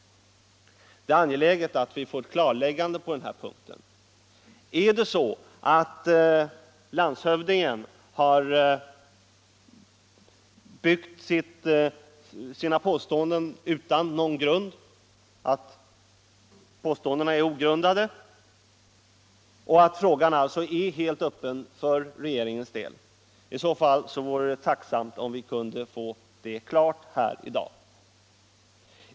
Det är angeläget att vi får ett klarläggande på den här punkten. Är det så att landshövdingens påståenden är ogrundade och att frågan alltså är helt öppen för regeringens del så vore jag tacksam att få detta klart utsagt här i dag.